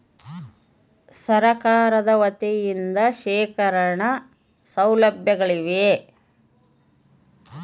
ಸರಕಾರದ ವತಿಯಿಂದ ಶೇಖರಣ ಸೌಲಭ್ಯಗಳಿವೆಯೇ?